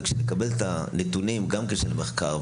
כשנקבל את הנתונים של המחקר,